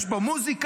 יש בו מוזיקה,